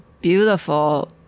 beautiful